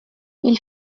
ils